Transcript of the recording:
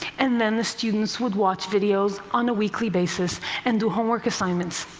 and then the students would watch videos on a weekly basis and do homework assignments.